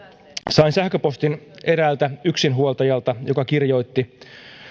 sain sähköpostin eräältä yksinhuoltajalta joka kirjoitti